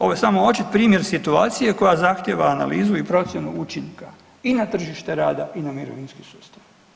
Ovo je samo očit primjer situacije koja zahtjeva analizu i procjenu učinka i na tržište rada i na mirovinski sustav.